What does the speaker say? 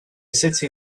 city